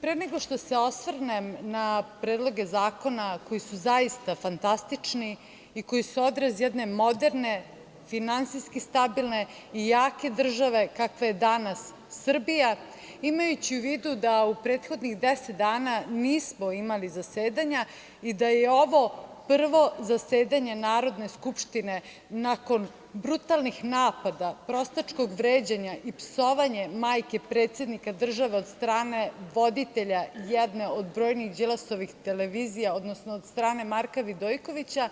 Pre nego što se osvrnem na predloge zakona koji su zaista fantastični i koji su odraz jedne moderne, finansijski stabilne i jake države kakva je danas Srbija, imajući u vidu da u prethodnih deset dana nismo imali zasedanja i da je ovo prvo zasedanje Narodne skupštine nakon brutalnih napada, prostačkog vređanja i psovanje majke predsednika države od strane voditelja jedne od brojnijih Đilasovih televizija, odnosno od strane Marka Vidojkovića,